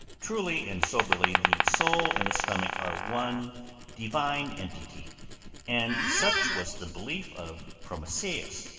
truly and soberly, the soul and the stomach are one divine entity and such was the belief of promasius,